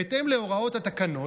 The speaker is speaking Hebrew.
בהתאם להוראות התקנות,